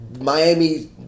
Miami